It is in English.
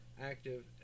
active